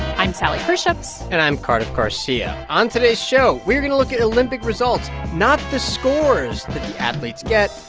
i'm sally herships and i'm cardiff garcia. on today's show, we're going to look at olympic results not the scores that the athletes get,